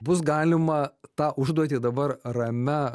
bus galima tą užduotį dabar ramia